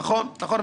נכון, נכון.